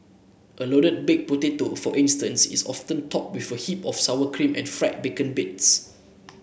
a loaded baked potato for instance is often topped with a heap of sour cream and fried bacon bits